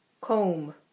Comb